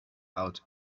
out